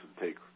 take